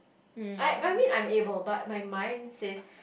I I mean I'm able but my mind says